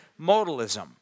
modalism